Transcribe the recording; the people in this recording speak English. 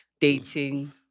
dating